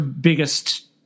biggest